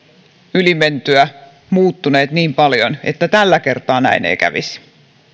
yli mentyä muuttunut niin paljon että tällä kertaa näin ei kävisi